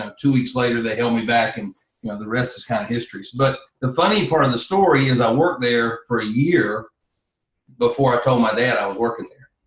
um two weeks later, they held me back, and you know the rest is kind of history. but the funny part of and the story is i worked there for a year before i told my dad, i was working there.